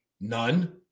none